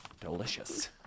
delicious